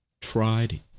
tried